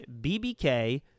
BBK